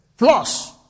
Plus